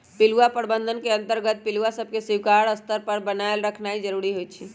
पिलुआ प्रबंधन के अंतर्गत पिलुआ सभके स्वीकार्य स्तर पर बनाएल रखनाइ जरूरी होइ छइ